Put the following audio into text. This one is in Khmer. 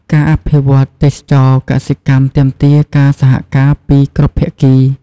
ការអភិវឌ្ឍទេសចរណ៍កសិកម្មទាមទារការសហការពីគ្រប់ភាគី។